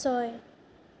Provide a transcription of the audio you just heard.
ছয়